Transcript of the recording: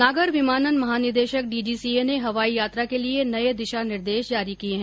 नागर विमानन महानिदेशक डीजीसीए ने हवाई यात्रा के लिए नये दिशा निर्देश जारी किए है